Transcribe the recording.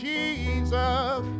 Jesus